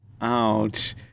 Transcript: Ouch